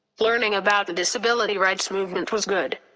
learning about the disability rights movement was good.